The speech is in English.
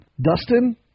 Dustin